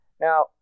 Now